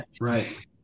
Right